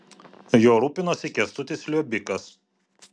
juo rūpinosi kęstutis liobikas